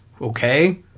okay